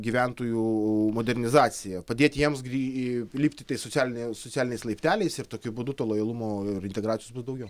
gyventojų modernizacija padėti jiems į lipti tais socia socialiniais laipteliais ir tokiu būdu to lojalumo ir integracijos bus daugiau